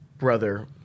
Brother